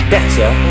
Better